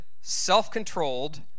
self-controlled